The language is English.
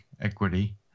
equity